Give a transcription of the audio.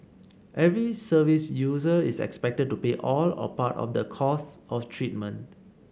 every service user is expected to pay all or part of the costs of treatment